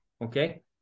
okay